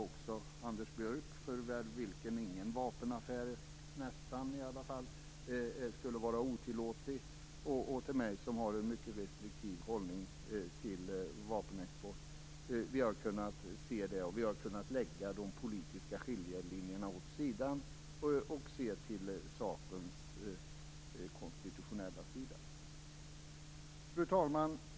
Både Anders Björck, för vilken nästan ingen vapenaffär skulle vara otillåtlig, och jag, som har en mycket restriktiv hållning till vapenexport, har kunnat se detta, men vi har kunnat lägga de politiska skiljelinjerna åt sidan och har sett till sakens konstitutionella sida. Fru talman!